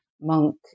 monk